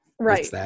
Right